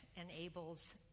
enables